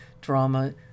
drama